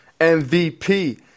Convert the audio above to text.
MVP